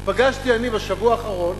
אני פגשתי בשבוע האחרון